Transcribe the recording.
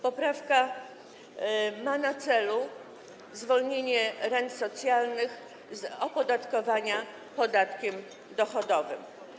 Poprawka ma na celu zwolnienie rent socjalnych z opodatkowania podatkiem dochodowym.